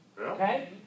Okay